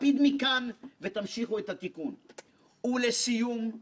כבוד וזכות גדולה נפלה בחלקי כשכנסת ישראל